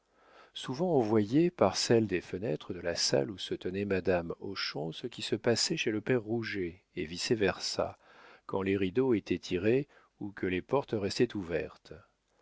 souvent on voyait par celle des fenêtres de la salle où se tenait madame hochon ce qui se passait chez le père rouget et vice versâ quand les rideaux étaient tirés ou que les portes restaient ouvertes